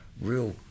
real